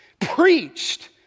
preached